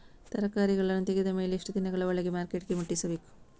ತರಕಾರಿಗಳನ್ನು ತೆಗೆದ ಮೇಲೆ ಎಷ್ಟು ದಿನಗಳ ಒಳಗೆ ಮಾರ್ಕೆಟಿಗೆ ಮುಟ್ಟಿಸಬೇಕು?